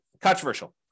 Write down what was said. controversial